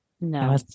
No